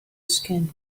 skin